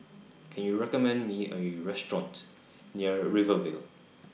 Can YOU recommend Me A U Restaurant near Rivervale